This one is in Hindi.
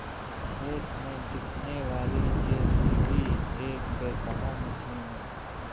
खेत में दिखने वाली जे.सी.बी एक बैकहो मशीन है